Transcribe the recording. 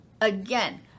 again